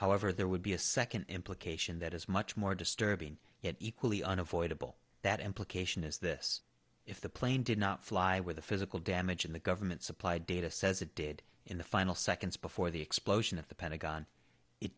however there would be a second implication that is much more disturbing equally unavoidable that implication is this if the plane did not fly with the physical damage and the government supplied data says it did in the final seconds before the explosion at the pentagon it